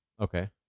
Okay